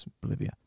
Bolivia